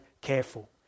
careful